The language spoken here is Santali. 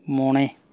ᱢᱚᱬᱮ